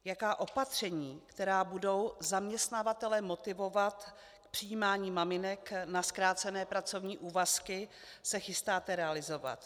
Jaká opatření, která budou zaměstnavatele motivovat k přijímání maminek na zkrácené pracovní úvazky, se chystáte realizovat?